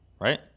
right